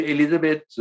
Elizabeth